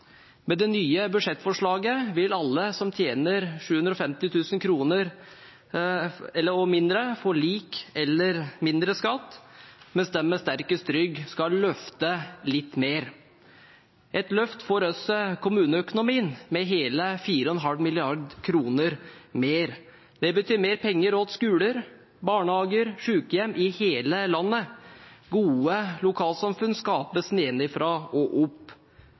Med det nye budsjettforslaget vil alle som tjener 750 000 kr og mindre, få lik eller mindre skatt, mens de med sterkest rygg skal løfte litt mer. Et løft får også kommuneøkonomien, med hele 4,5 mrd. kr mer. Det betyr mer penger til skoler, barnehager og sykehjem i hele landet. Gode lokalsamfunn skapes nedenfra og opp.